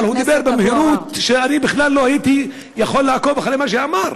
אבל הוא דיבר במהירות שאני בכלל לא הייתי יכול לעקוב אחרי מה שאמר.